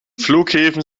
flughäfen